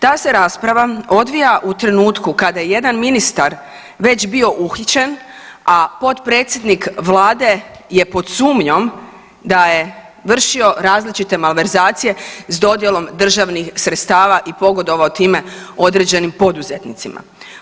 Ta se rasprava odvija u trenutku kada je jedan ministar već bio uhićen, a potpredsjednik vlade je pod sumnjom da je vršio različite malverzacije s dodjelom državnih sredstava i pogodovao time određenim poduzetnicima.